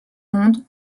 monde